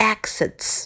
Exits